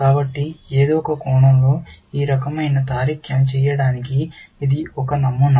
కాబట్టి ఏదో ఒక కోణంలో ఈ రకమైన తార్కికం చేయడానికి ఇది ఒక నమూనా